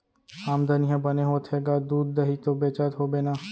आमदनी ह बने होथे गा, दूद, दही तो बेचत होबे ना?